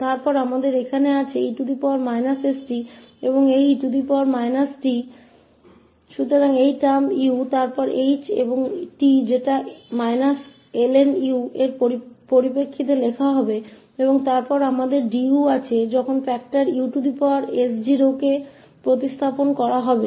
तो तो हमारे पास यहाँ है e st और e t तो यह इस 𝑢 तो ℎ के संदर्भ में लिखा जाएगा और 𝑡 यह है − ln 𝑢 और फिर हमारे पास 𝑑𝑢 है और एक फैक्टर होगा us0 जब हम इसे इसके स्थाना पन्न करते हैं